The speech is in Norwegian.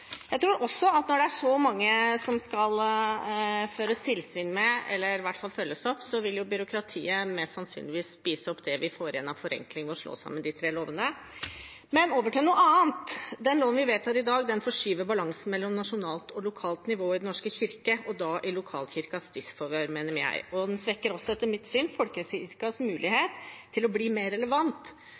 Jeg tror også at når det er så mange som det skal føres tilsyn med, eller i hvert fall følges opp, vil byråkratiet mest sannsynlig spise opp det vi får igjen av forenkling ved å slå sammen de tre lovene. Over til noe annet: Den loven vi vedtar i dag, forskyver balansen mellom nasjonalt og lokalt nivå i Den norske kirke – og da i lokalkirkens disfavør, mener jeg. Den svekker også, etter mitt syn, folkekirkens mulighet til å bli mer relevant,